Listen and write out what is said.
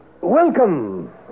welcome